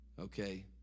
Okay